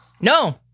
No